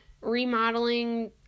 remodeling